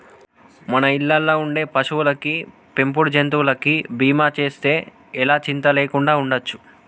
మన ఇళ్ళల్లో ఉండే పశువులకి, పెంపుడు జంతువులకి బీమా చేస్తే ఎలా చింతా లేకుండా ఉండచ్చు